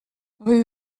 rue